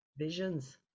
visions